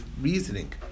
reasoning